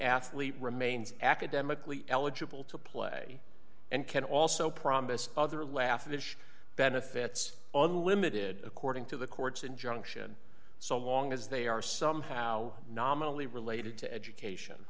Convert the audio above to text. athlete remains academically eligible to play and can also promise other laugh additional benefits unlimited according to the court's injunction so long as they are somehow nominally related to education